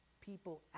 people